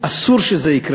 אסור שזה יקרה.